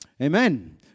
Amen